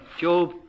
Job